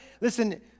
listen